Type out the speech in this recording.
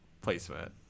placement